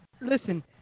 listen